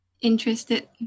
interested